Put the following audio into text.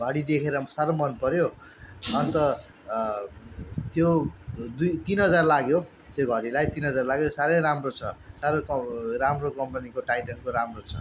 घडी देखेर साह्रो मन पऱ्यो अन्त त्यो तिन हजार लाग्यो त्यो घडीलाई तिन हजार लाग्यो साह्रै राम्रो छ साह्रै कम राम्रो कम्पनीको टाइटनको राम्रो छ